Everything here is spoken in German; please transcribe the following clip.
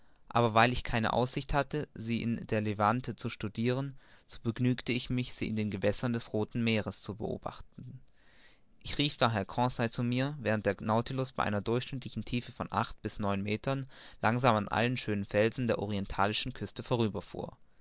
aber weil ich keine aussicht hatte sie in der levante zu studiren so begnügte ich mich sie in den gewässern des rothen meeres zu beobachten ich rief daher conseil zu mir während der nautilus bei einer durchschnittlichen tiefe von acht bis nenn meter langsam an allen schönen felsen der orientalischen küste vorüberfuhr